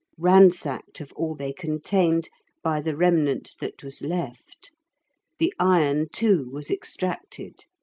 ransacked of all they contained by the remnant that was left the iron, too, was extracted.